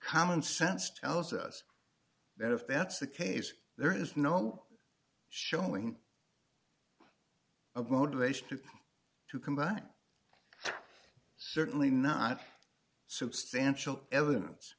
common sense tells us that if that's the case there is no showing of motivation to to combine certainly not substantial evidence